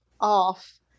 off